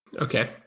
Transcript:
Okay